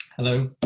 hello!